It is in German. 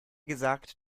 gesagt